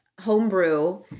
homebrew